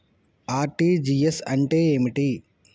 RTGS అంటే ఏమిటి?